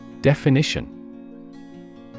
Definition